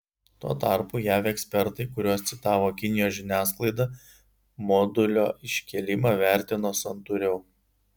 tuo tarpu jav ekspertai kuriuos citavo kinijos žiniasklaida modulio iškėlimą vertino santūriau